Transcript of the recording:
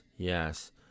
Yes